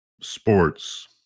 sports